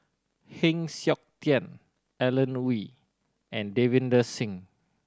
Heng Siok Tian Alan Oei and Davinder Singh